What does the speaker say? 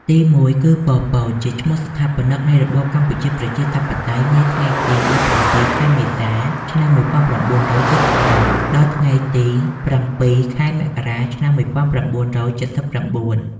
ទីមួយគឺប៉ុល ពត ជាឈ្មោះស្ថាបនិកនៃរបបកម្ពុជាប្រជាធិបតេយ្យនាថ្ងៃទី១៧ ខែមេសា ឆ្នាំ១៩៧៥ ដល់ថ្ងៃទី០៧ ខែមករា ឆ្នាំ១៩៧៩។